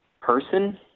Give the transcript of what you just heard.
person